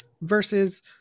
versus